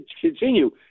continue